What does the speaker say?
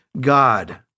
God